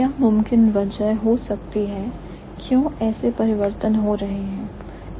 क्या मुमकिन वजह हो सकती है क्यों ऐसे परिवर्तन हो रहे हैं